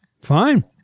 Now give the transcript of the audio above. Fine